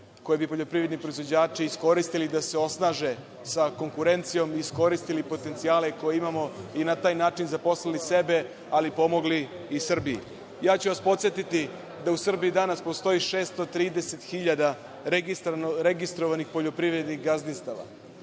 koje bi poljoprivredni proizvođači iskoristili da se osnaže sa konkurencijom, iskoristili potencijale koje imamo i na taj način zaposlili sebe, ali pomogli i Srbiji. Podsetiću vas da u Srbiji danas postoji 630 hiljada registrovanih poljoprivrednih gazdinstava.